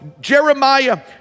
Jeremiah